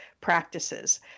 practices